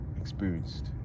experienced